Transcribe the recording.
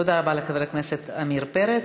תודה רבה לחבר הכנסת עמיר פרץ.